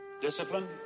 discipline